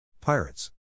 Pirates